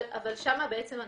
שם אנחנו נמצאים.